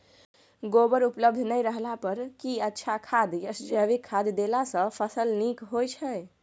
गोबर उपलब्ध नय रहला पर की अच्छा खाद याषजैविक खाद देला सॅ फस ल नीक होय छै?